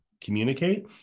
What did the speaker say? communicate